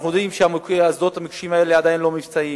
אנחנו יודעים ששדות המוקשים האלה כבר לא מבצעיים.